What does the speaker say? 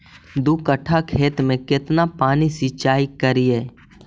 दू कट्ठा खेत में केतना पानी सीचाई करिए?